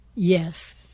Yes